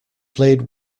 played